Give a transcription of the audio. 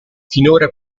finora